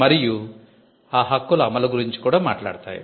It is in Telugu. మరియు ఈ హక్కుల అమలు గురించి కూడా మాట్లాడతాయి